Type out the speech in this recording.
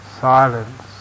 silence